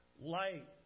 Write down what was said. light